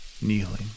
kneeling